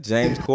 James